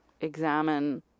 examine